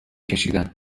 کشیدند